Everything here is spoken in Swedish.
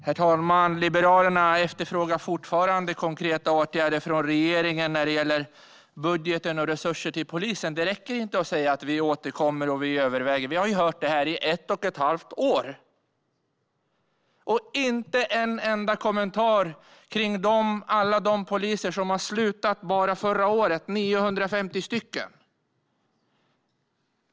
Herr talman! Liberalerna efterfrågar fortfarande konkreta åtgärder från regeringen när det gäller budgeten och resurser till polisen. Det räcker inte att säga att vi återkommer och vi överväger. Vi har ju hört detta i ett och ett halvt år! Inte en enda kommentar har gjorts om alla de poliser som slutade bara förra året, 950 stycken.